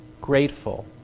grateful